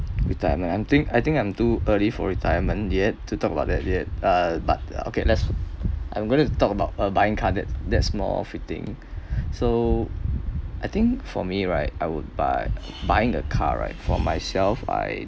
retirement I'm think I think I'm too early for retirement yet to talk about that yet uh but okay let's I'm going to talk about uh buying card that that's more fitting so I think for me right I would buy buying the car right for myself I